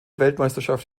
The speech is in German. weltmeisterschaft